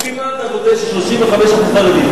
לפי מה אתה בודק ש-35% חרדים?